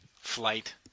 Flight